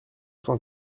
cent